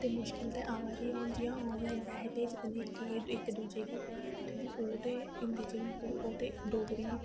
ते मुश्कल ते आवा दियां गै जि'यां ऑनलाइन पैसे भेजने गी कि केह् ओह् ते इक्क दूजे गी हिंदी ते डोगरी